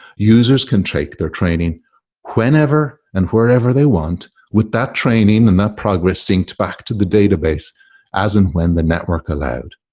users could take their training whenever and wherever they want with that training and that progress synced back to the database as and when the network allowed.